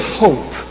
hope